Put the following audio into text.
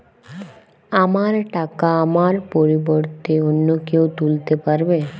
আমার টাকা আমার পরিবর্তে অন্য কেউ তুলতে পারবে?